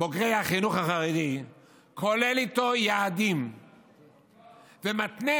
בוגרי החינוך החרדי כולל יעדים ומתנה